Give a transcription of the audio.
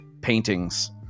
paintings